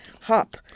hop